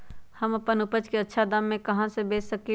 हम अपन उपज अच्छा दाम पर कहाँ बेच सकीले ह?